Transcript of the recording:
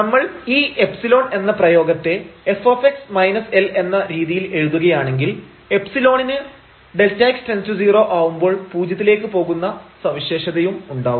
നമ്മൾ ഈ ϵ എന്ന പ്രയോഗത്തെ f L എന്ന രീതിയിൽ എഴുതുകയാണെങ്കിൽ ϵ ക്ക് Δx→0 ആവുമ്പോൾ പൂജ്യത്തിലേക്ക് പോകുന്ന സവിശേഷതയുണ്ടാവും